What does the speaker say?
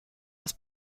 das